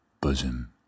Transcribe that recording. bosom